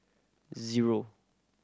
zero